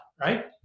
right